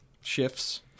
shifts